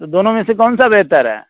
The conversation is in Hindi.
तो दोनों में से कौन सा बेहतर है